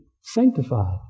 sanctified